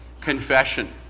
confession